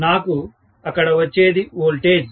నాకు అక్కడ వచ్చేది వోల్టేజ్